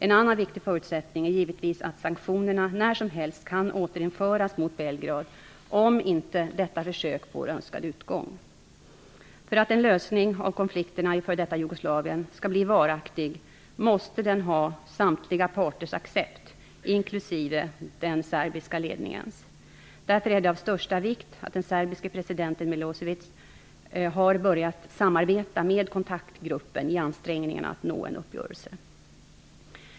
En annan viktig förutsättning är givetvis att sanktionerna när som helst kan återinföras mot Belgrad om inte detta försök får önskvärd utgång. För att en lösning av konflikterna i f.d. Jugoslavien skall bli varaktig måste den ha samtliga parters accept, inklusive den serbiska ledningens. Därför är det av största vikt att den serbiske presidenten Milosevic har börjat samarbeta med kontaktgruppen i ansträngningarna att nå en uppgörelse.